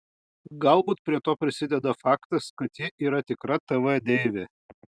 galbūt prie to prisideda faktas kad ji yra tikra tv deivė